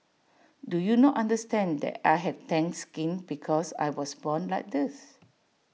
do you not understand that I have tanned skin because I was born like this